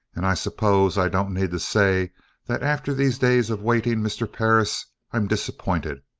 and i suppose i don't need to say that after these days of waiting, mr. perris, i'm disappointed.